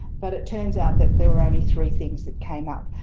but it turns out that there are only three things that came up.